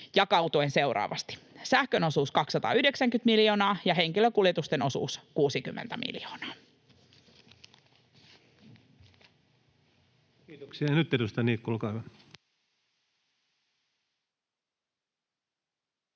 jakautuen seuraavasti: sähkön osuus 290 miljoonaa ja henkilökuljetusten osuus 60 miljoonaa. Kiitoksia. — Nyt edustaja Niikko, olkaa hyvä.